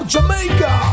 Jamaica